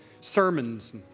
sermons